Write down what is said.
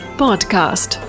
podcast